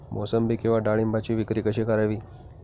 मोसंबी किंवा डाळिंबाची विक्री कशी करावी?